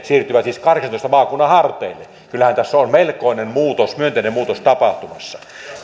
siirtyy siis kahdeksantoista maakunnan harteille kyllähän tässä on melkoinen muutos myönteinen muutos tapahtumassa